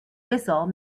whistle